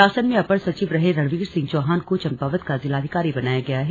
शासन में अपर सचिव रहे रणवीर सिंह चौहान को चंपावत का जिलाधिकारी बनाया गया है